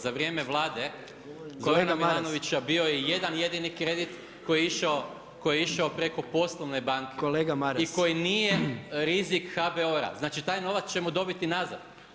Za vrijeme Vlade Zorana Milanovića bio je jedan jedini kredit koji je išao preko poslovne banke i koji nije rizik HBOR-a, znači taj novac ćemo dobiti nazad.